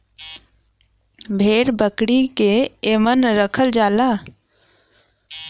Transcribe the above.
भेड़ बकरी के एमन रखल जाला